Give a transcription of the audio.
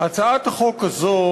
הצעת החוק הזו